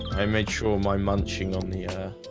i made sure my munching on the air